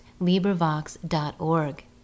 LibriVox.org